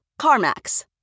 CarMax